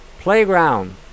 playground